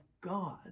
God